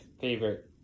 favorite